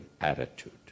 attitude